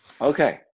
Okay